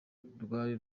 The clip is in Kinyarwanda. rwari